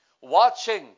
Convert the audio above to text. watching